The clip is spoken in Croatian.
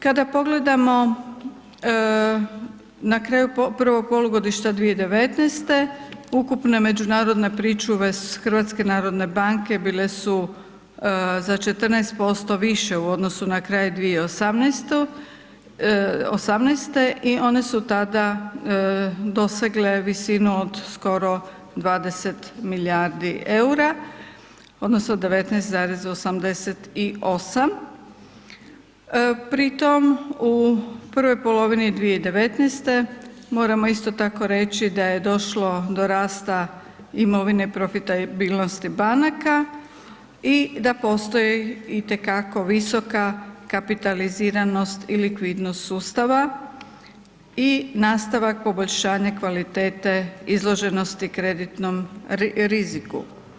Kada pogledamo na kraju prvog polugodišta 2019. ukupne međunarodne pričuve HNB-a bile su za 14% više u odnosu na kraj 2018. i one su tada dosegle visinu od skoro 20 milijardi eura odnosno 19,88 pri tom u prvoj polovini 2019. moramo isto tako reći da je došlo do rasta imovine profitabilnosti banaka i da postoji itekako visoka kapitaliziranost i likvidnost sustava i nastavak poboljšanja kvalitete izloženosti kreditnom riziku.